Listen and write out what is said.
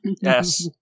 Yes